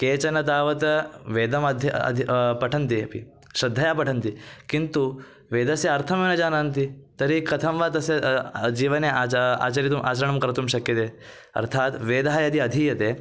केचन तावत् वेदमध्ये अधिकं पठन्ति अपि श्रद्धया पठन्ति किन्तु वेदस्य अर्थमेव न जानन्ति तर्हि कथं वा तस्य जीवने आजा आचरितुम् आचरणं कर्तुं शक्यते अर्थात् वेदः यदि अधीयते